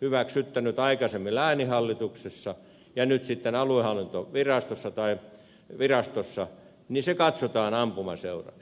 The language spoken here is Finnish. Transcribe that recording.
hyväksyttänyt aikaisemmin lääninhallituksessa ja nyt sitten aluehallintovirastossa katsotaan ampumaseuraksi